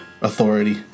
authority